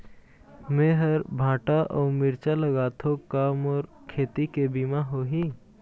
मेहर भांटा अऊ मिरचा लगाथो का मोर खेती के बीमा होही?